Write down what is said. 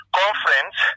conference